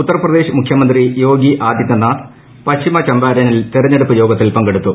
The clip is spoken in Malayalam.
ഉത്തർപ്രദേശ് മുഖ്യമന്ത്രി യോഗി ആദിത്യനാഥ് പശ്ചിമ ചമ്പാരനിൽ തിരഞ്ഞെടുപ്പ് യോഗത്തിൽ പങ്കെടുത്തു